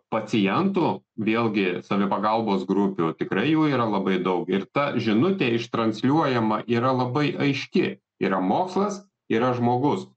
pacientų vėlgi savipagalbos grupių tikrai jų yra labai daug ir ta žinutė ištransliuojama yra labai aiški yra mokslas yra žmogus